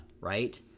right